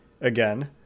again